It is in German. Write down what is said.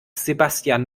sebastian